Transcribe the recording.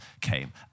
came